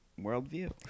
worldview